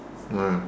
ah